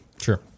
Sure